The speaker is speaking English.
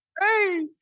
Hey